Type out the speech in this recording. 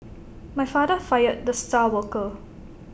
my father fired the star worker